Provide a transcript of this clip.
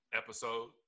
episode